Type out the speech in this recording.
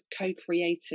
co-creating